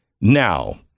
Now